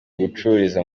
gucururiza